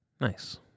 Nice